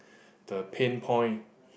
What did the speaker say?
the pain point